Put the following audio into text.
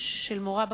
של מורה בכיתה,